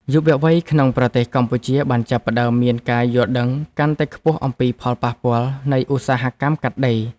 យុវវ័យក្នុងប្រទេសកម្ពុជាបានចាប់ផ្តើមមានការយល់ដឹងកាន់តែខ្ពស់អំពីផលប៉ះពាល់នៃឧស្សាហកម្មកាត់ដេរ។